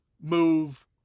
move